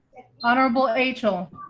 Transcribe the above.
honorable angel.